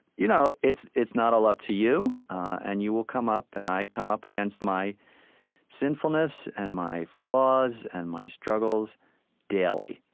you know it's it's not all up to you. and you will come up, and i come up against my sinfulness, and my flaws, and my struggles daily.